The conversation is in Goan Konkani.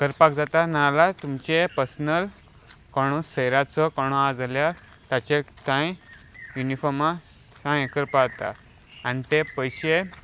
करपाक जाता नाजाल्यार तुमचें पर्सनल कोणू सोयऱ्याचो कोण आसा जाल्यार ताचे कांय युनिफॉर्मा कांय हे करपा जाता आनी ते पयशे